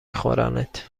خورنت